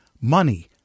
money